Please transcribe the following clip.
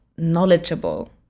knowledgeable